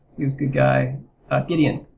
good guy gideon,